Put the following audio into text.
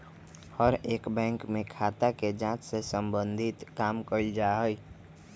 हर एक बैंक में खाता के जांच से सम्बन्धित काम कइल जा हई